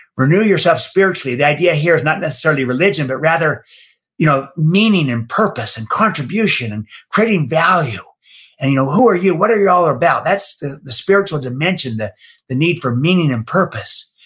renew yourself spiritually. the idea here is not necessarily religion, but rather you know meaning, and purpose, and contribution and creating value. and you know who are you? what are you all about? that's the the spiritual dimension, the the need for meaning and purpose.